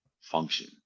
function